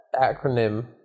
acronym